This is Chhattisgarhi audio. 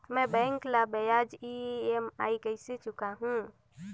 मैं बैंक ला ब्याज ई.एम.आई कइसे चुकाहू?